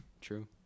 true